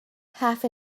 half